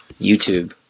YouTube